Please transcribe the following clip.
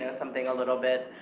and something a little bit,